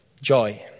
Joy